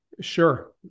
Sure